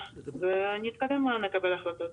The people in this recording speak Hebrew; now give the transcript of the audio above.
ואתקדם ונקבל החלטות.